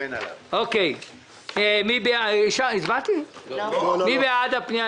מי בעד הפנייה?